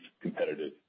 competitive